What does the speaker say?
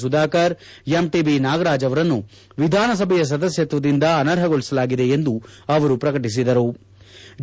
Sudhakar MTB Nagaraj ಅವರನ್ನು ವಿಧಾನಸಭೆಯ ಸದಸ್ನತ್ತದಿಂದ ಅನರ್ಹಗೊಳಸಲಾಗಿದೆ ಎಂದು ಅವರು ಪ್ರಕಟಿಬದ್ದಾರೆ